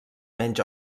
menys